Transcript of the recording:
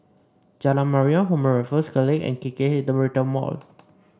Jalan Mariam Former Raffles College and K K H The Retail Mall